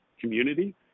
community